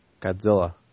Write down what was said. Godzilla